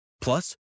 Plus